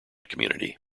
community